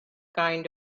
kind